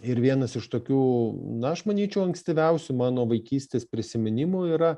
ir vienas iš tokių na aš manyčiau ankstyviausių mano vaikystės prisiminimų yra